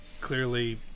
clearly